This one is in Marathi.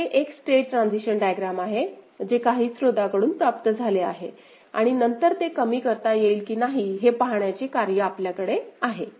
तर हे एक स्टेट ट्रान्झिशन डायग्रॅम आहे जे काही स्त्रोताकडून प्राप्त झाले आहे आणि नंतर ते कमी करता येईल की नाही हे पाहण्याचे कार्य आपल्याकडे आहे